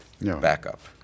backup